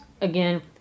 Again